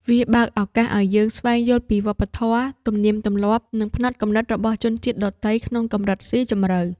វាបើកឱកាសឱ្យយើងស្វែងយល់ពីវប្បធម៌ ទំនៀមទម្លាប់ និងផ្នត់គំនិតរបស់ជនជាតិដទៃក្នុងកម្រិតស៊ីជម្រៅ។